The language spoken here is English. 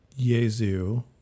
Yezu